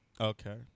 Okay